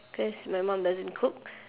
cause my mum doesn't cook